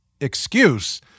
excuse